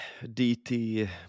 DT